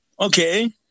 Okay